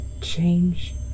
change